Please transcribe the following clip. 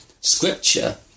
scripture